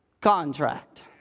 Contract